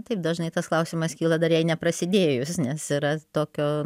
taip dažnai tas klausimas kyla dar jai neprasidėjus nes yra tokio